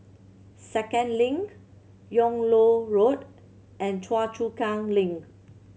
Second Link Yung Loh Road and Choa Chu Kang Link